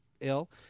ill